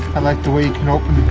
i like the way you can open